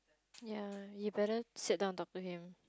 ya you better sit down and talk to him